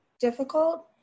difficult